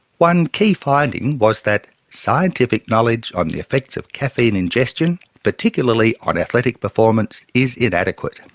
one key finding was that scientific knowledge on the effects of caffeine ingestion, particularly on athletic performance is inadequate'.